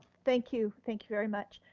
thank you, thank you very much.